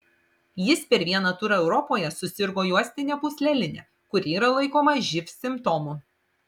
jis per vieną turą europoje susirgo juostine pūsleline kuri yra laikoma živ simptomu